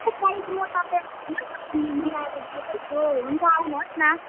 त्यसको साइज तपाईँ आउनु होस् अनि म मिलाएर दिइहाल्छु हुन्छ आउनु होस् न